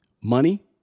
money